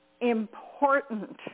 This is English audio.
important